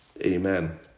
Amen